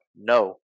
No